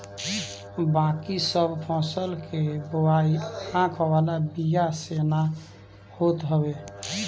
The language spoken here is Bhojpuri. बाकी सब फसल के बोआई आँख वाला बिया से ना होत हवे